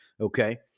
Okay